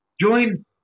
join